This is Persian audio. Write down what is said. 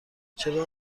چرا